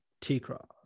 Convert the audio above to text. T-Cross